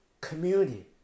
community